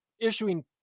issuing